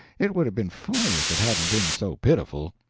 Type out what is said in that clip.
it would have been funny, if it hadn't been so pitiful.